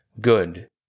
good